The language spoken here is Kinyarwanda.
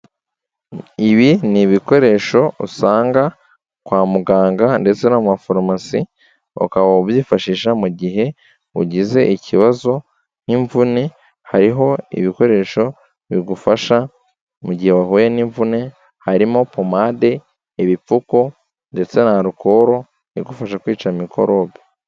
Ibi ni ibikoresho usanga kwa muganga ndetse no mu mafarumasi ukaba ubyifashisha mu gihe ugize ikibazo nk'imvune, hariho ibikoresho bigufasha mu gihe wahuye n'imvune, harimo pomade, ibipfuko ndetse na arukoro igufasha kwica mikorobe.